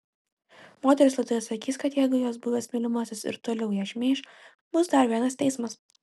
moteris laidoje sakys kad jeigu jos buvęs mylimasis ir toliau ją šmeiš bus dar vienas teismas